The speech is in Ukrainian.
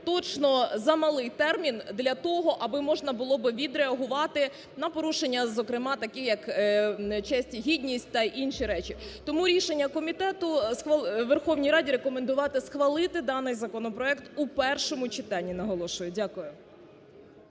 точно замалий термін для того, аби можна було би відреагувати на порушення, зокрема, такі як честь і гідність, і інші речі. Тому рішення комітету Верховній Раді – схвалити даний законопроект у першому читанні,